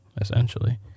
essentially